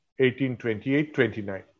1828-29